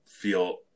feel